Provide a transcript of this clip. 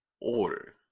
order